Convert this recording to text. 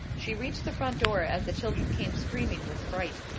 she reached the front door as the children came screaming with fright.